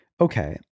okay